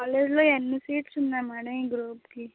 కాలేజ్లో ఎన్ని సీట్స్ ఉన్నాయి మ్యాడం ఈ గ్రూప్కి